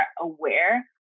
aware